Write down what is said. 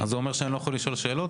--- זה אומר שאני לא יכול לשאול שאלות?